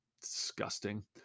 Disgusting